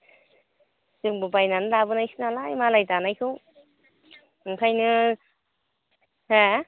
जोंबो बायनानै लोबोनायसो नालाय मालाय दानायखौ ओंखायनो हो